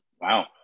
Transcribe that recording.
wow